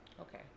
Okay